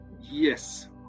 Yes